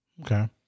Okay